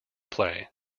play